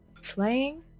slaying